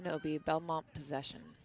you know the belmont possession